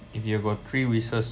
if you got three wishes